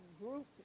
group